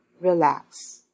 relax